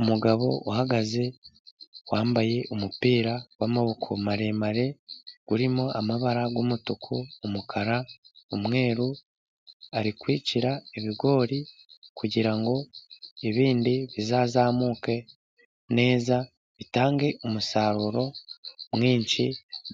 Umugabo uhagaze, wambaye umupira w'amaboko maremare, urimo amabara y'umutuku, umukara, umweru, ari kwicira ibigori, kugira ngo ibindi bizazamuke neza, bitange umusaruro mwinshi